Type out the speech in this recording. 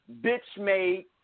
bitch-made